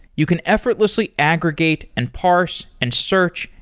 you can effortlessly aggregate, and parse, and search,